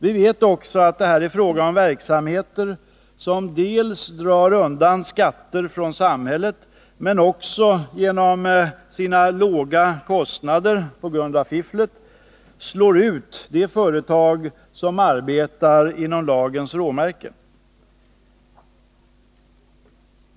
Vi vet också att det här är fråga om verksamheter som dels drar undan skatter från samhället, dels genom sina lägre kostnader — på grund av fifflet — slår ut de företag som arbetar inom lagens råmärken.